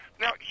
Now